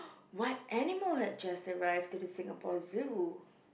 what animal had just arrived to the Singapore Zoo